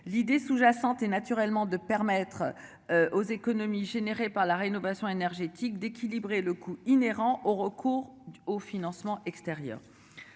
L'idée sous-jacente et naturellement de permettre. Aux économies générées par la rénovation énergétique d'équilibrer le coût inhérent au recours aux financements extérieurs.